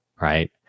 Right